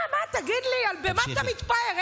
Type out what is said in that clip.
מה, מה, תגיד לי, במה אתה מתפאר?